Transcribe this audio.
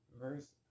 Verse